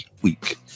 week